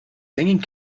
singing